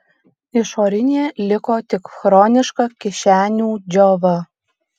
išorinė liko tik chroniška kišenių džiova